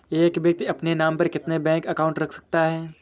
एक व्यक्ति अपने नाम पर कितने बैंक अकाउंट रख सकता है?